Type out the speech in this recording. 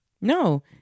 No